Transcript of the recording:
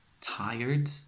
tired